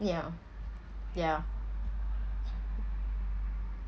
ya ya